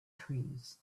trees